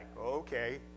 Okay